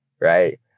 right